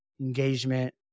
engagement